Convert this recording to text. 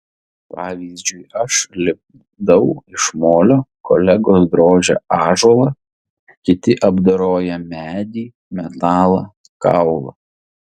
pavyzdžiui aš lipdau iš molio kolegos drožia ąžuolą kiti apdoroja medį metalą kaulą